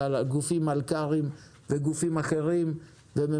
אלא על גופים מלכ"רים וגופים אחרים וגופים